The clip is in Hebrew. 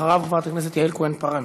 אחריו, חברת הכנסת יעל כהן-פארן.